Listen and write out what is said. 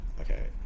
okay